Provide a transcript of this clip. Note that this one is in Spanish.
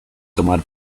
tomar